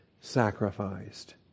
sacrificed